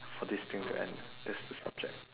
for this thing to end that's the subject